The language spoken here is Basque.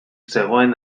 zegoen